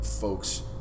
folks